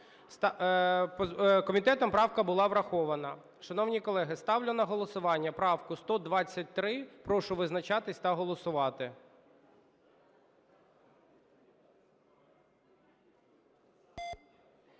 Комітетом правка була врахована. Шановні колеги, ставлю на голосування правку 123. Прошу визначатись та голосувати.